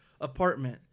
apartment